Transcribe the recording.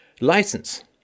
license